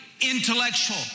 intellectual